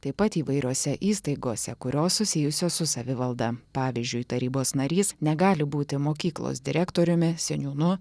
taip pat įvairiose įstaigose kurios susijusios su savivalda pavyzdžiui tarybos narys negali būti mokyklos direktoriumi seniūnu